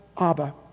Abba